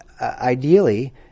ideally